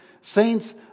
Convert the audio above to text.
saints